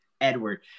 Edward